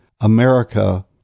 America